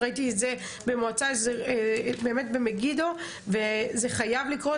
ראיתי את זה במגידו וזה חייב לקרות.